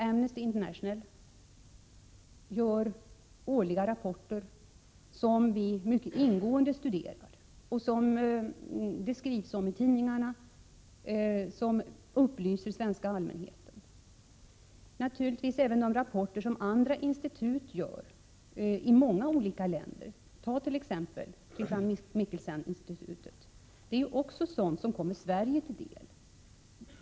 Amnesty International gör årliga rapporter, som vi mycket ingående studerar och som det skrivs om i tidningarna, vilka upplyser den svenska allmänheten. Vi har naturligtvis tillgång även till de rapporter som andra institut gör i många olika länder. Jag kan t.ex. nämna Christian Michelseninstitutet. Även sådana rapporter kommer Sverige till del.